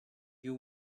you